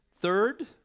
Third